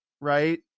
right